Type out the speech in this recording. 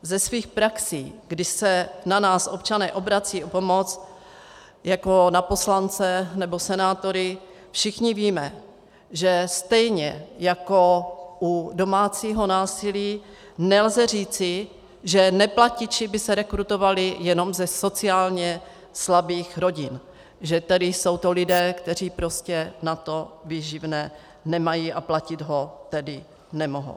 Ze svých praxí, kdy se na nás občané obracejí o pomoc jako na poslance nebo senátory, všichni víme, že stejně jako u domácího násilí nelze říci, že neplatiči by se rekrutovali jenom ze sociálně slabých rodin, že tedy jsou to lidé, kteří prostě na to výživné nemají a platit ho tedy nemohou.